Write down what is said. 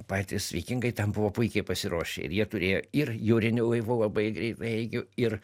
patys vikingai tam buvo puikiai pasiruošę ir jie turėjo ir jūrinių laivų labai greitaeigių ir